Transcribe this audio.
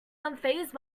unfazed